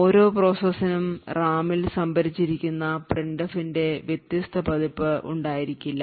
ഓരോ പ്രോസസ്സിനും റാമിൽ സംഭരിച്ചിരിക്കുന്ന printf ന്റെ വ്യത്യസ്ത പതിപ്പ് ഉണ്ടായിരിക്കില്ല